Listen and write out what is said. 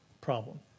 problem